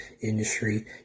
industry